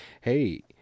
Hey